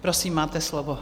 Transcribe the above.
Prosím, máte slovo.